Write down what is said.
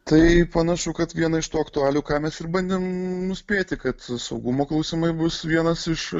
tai panašu kad vieną iš tų aktualijų ką mes ir bandėm nuspėti kad saugumo klausimai bus vienas iš